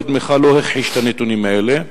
קודמך לא הכחיש את הנתונים האלה,